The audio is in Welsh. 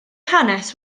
hanes